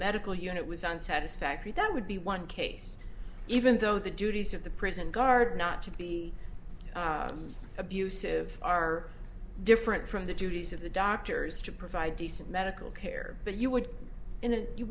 medical unit was on satisfactory that would be one case even though the duties of the prison guard not to be abusive are different from the duties of the doctors to provide decent medical care but you would and